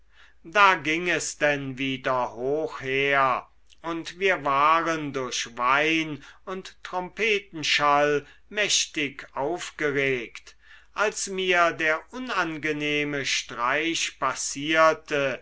da ging es denn wieder hoch her und wir waren durch wein und trompetenschall mächtig aufgeregt als mir der unangenehme streich passierte